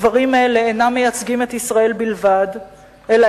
דברים אלה אינם מייצגים את ישראל בלבד אלא